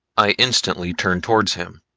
i instantly turned towards him.